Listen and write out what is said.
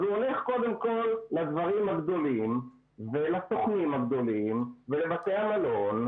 אז הוא הולך קודם כל לדברים הגדולים ולסוכנים הגדולים ולבתי המלון.